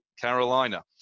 Carolina